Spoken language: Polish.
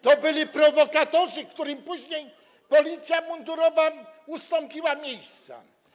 To byli prowokatorzy, którym później policja mundurowa ustąpiła miejsca.